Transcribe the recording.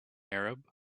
arab